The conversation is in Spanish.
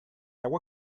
agua